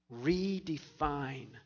Redefine